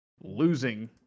losing